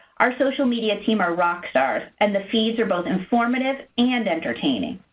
our social media team are rock stars, and the feeds are both informative and entertaining.